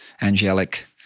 Angelic